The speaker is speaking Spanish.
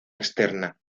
externa